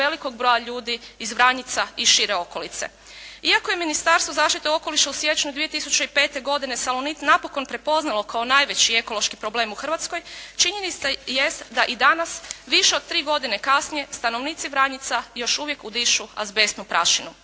velikog broja ljudi iz Vranjica i šire okolice. Iako je Ministarstvo zaštite okoliša u siječnju 2005. godine "Salonit" napokon prepoznalo kao najveći ekološki problem u Hrvatskoj činjenica jest da i danas više od tri godine kasnije stanovnici Vranjica još uvijek udišu azbestnu prašinu.